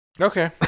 okay